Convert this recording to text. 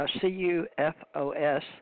C-U-F-O-S